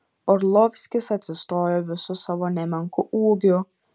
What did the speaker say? orlovskis atsistojo visu savo nemenku ūgiu